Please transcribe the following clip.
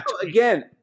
Again